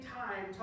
time